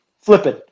flipping